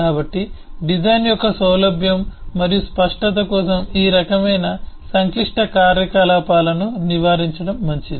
కాబట్టి డిజైన్ యొక్క సౌలభ్యం మరియు స్పష్టత కోసం ఈ రకమైన సంక్లిష్ట కార్యకలాపాలను నివారించడం మంచిది